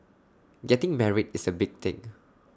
getting married is A big thing